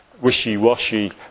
wishy-washy